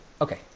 Okay